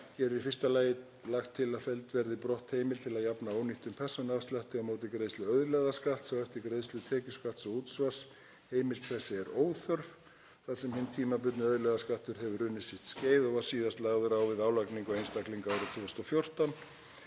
Hér er í fyrsta lagi lagt til að felld verði brott heimild til að jafna ónýttum persónuafslætti á móti greiðslu auðlegðarskatts á eftir greiðslu tekjuskatts og útsvars. Heimild þessi er óþörf þar sem hinn tímabundni auðlegðarskattur hefur runnið sitt skeið og var síðast lagður á við álagningu á einstaklinga árið 2014.